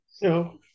No